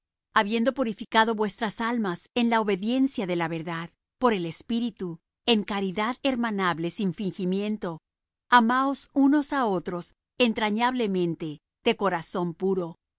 habiendo purificado vuestra almas en la obediencia de la verdad por el espíritu en caridad hermanable sin fingimiento amaos unos á otros entrañablemente de corazón puro